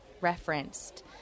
referenced